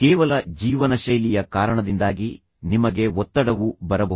ಕೇವಲ ಜೀವನಶೈಲಿಯ ಕಾರಣದಿಂದಾಗಿ ನಿಮಗೆ ಒತ್ತಡವೂ ಬರಬಹುದು